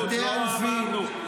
תתי-אלופים,